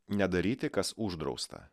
nedaryti kas uždrausta